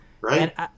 Right